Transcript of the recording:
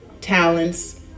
talents